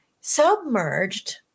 submerged